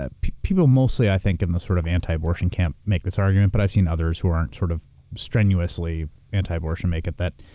ah people mostly i think in this sort of anti-abortion camp make this argument but i've seen others who aren't sort of strenuously anti-abortion make it that,